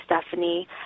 Stephanie